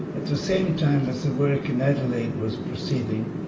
at the same time as the work in adelaide was proceeding,